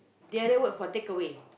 the other word for takeaway